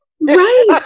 right